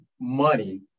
money